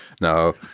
no